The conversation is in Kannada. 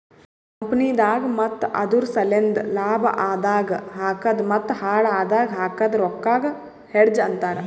ಕಂಪನಿದಾಗ್ ಮತ್ತ ಅದುರ್ ಸಲೆಂದ್ ಲಾಭ ಆದಾಗ್ ಹಾಕದ್ ಮತ್ತ ಹಾಳ್ ಆದಾಗ್ ಹಾಕದ್ ರೊಕ್ಕಾಗ ಹೆಡ್ಜ್ ಅಂತರ್